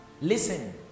Listen